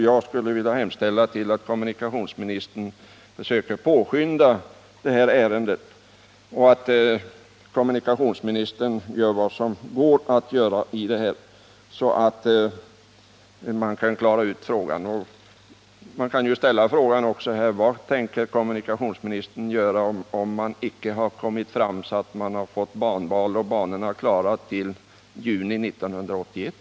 Jag skulle vilja hemställa att kommunikationsministern försöker påskynda detta ärende och göra vad som går att göra, så att man får klarhet i frågan. Och vad tänker kommunikationsministern göra om man icke kan få banvalet och banorna klara till juni 1981?